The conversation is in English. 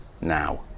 now